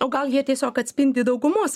o gal jie tiesiog atspindi daugumos